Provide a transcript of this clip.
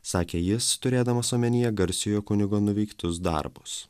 sakė jis turėdamas omenyje garsiojo kunigo nuveiktus darbus